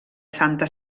santa